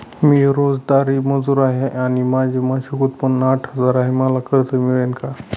मी रोजंदारी मजूर आहे आणि माझे मासिक उत्त्पन्न आठ हजार आहे, मला कर्ज मिळेल का?